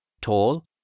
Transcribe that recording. Tall